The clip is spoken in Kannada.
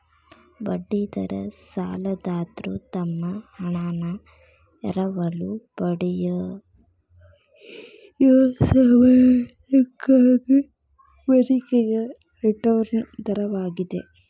ಬಡ್ಡಿ ದರ ಸಾಲದಾತ್ರು ತಮ್ಮ ಹಣಾನ ಎರವಲು ಪಡೆಯಯೊ ಸಾಮರ್ಥ್ಯಕ್ಕಾಗಿ ಬೇಡಿಕೆಯ ರಿಟರ್ನ್ ದರವಾಗಿದೆ